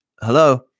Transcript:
hello